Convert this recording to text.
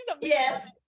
yes